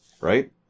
Right